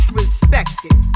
respected